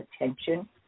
attention